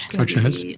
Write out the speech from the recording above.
such as?